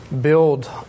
build